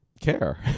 care